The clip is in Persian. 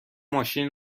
ماشین